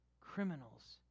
criminals